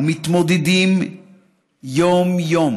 ומתמודדים יום-יום